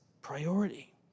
priority